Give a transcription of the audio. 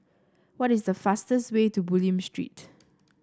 what is the fastest way to Bulim Street